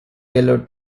yellow